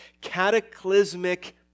cataclysmic